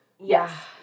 yes